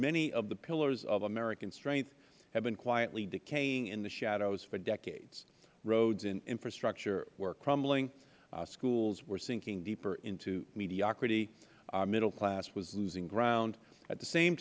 many of the pillars of american strength have been quietly decaying in the shadows for decades roads and infrastructure were crumbling schools were sinking deeper into mediocrity our middle class was losing ground at the same